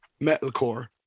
metalcore